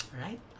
right